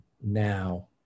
now